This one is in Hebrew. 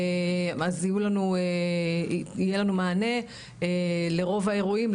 אז יהיה לנו מענה לרוב האירועים,